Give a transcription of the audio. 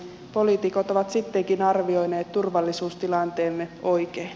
poliitikot ovat sittenkin arvioineet turvallisuustilanteemme oikein